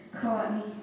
Courtney